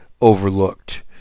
overlooked